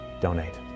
donate